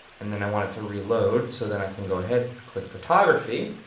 and then i want it to reload, so then i can go ahead, click photography,